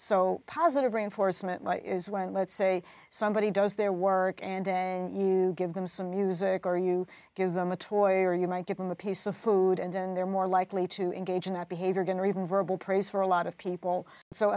so positive reinforcement is well let's say somebody does their work and give them some music or you give them a toy or you might give them a piece of food and then they're more likely to engage in that behavior going or even verbal praise for a lot of people